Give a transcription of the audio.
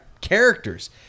characters